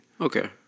Okay